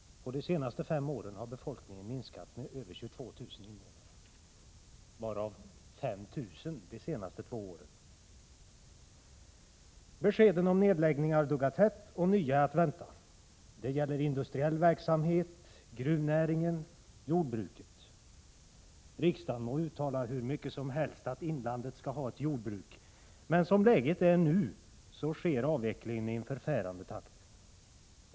På de senaste fem åren har befolkningen minskat med över 22 000 invånare, varav 5 000 de senaste två åren. Beskeden om nedläggningar duggar tätt och nya är att vänta. Det gäller industriell verksamhet, gruvnäringen och jordbruket. Riksdagen må uttala hur mycket som helst att inlandet skall ha ett jordbruk, men som läget är nu sker avvecklingen i en förfärande takt.